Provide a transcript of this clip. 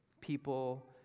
People